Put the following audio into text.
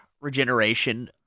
regeneration